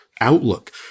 outlook